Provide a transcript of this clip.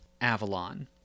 Avalon